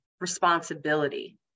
responsibility